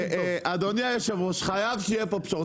אדוני יושב הראש חייב שיהיו פה בשורות,